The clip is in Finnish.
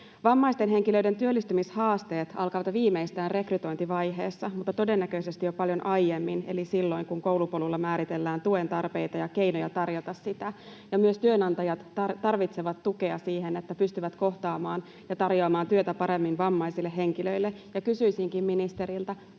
Vammaisten henkilöiden työllistymishaasteet alkavat viimeistään rekrytointivaiheessa, mutta todennäköisesti jo paljon aiemmin, eli silloin kun koulupolulla määritellään tuen tarpeita ja keinoja tarjota sitä. Myös työnantajat tarvitsevat tukea siihen, että pystyvät kohtaamaan ja tarjoamaan työtä paremmin vammaisille henkilöille. Kysyisinkin ministeriltä: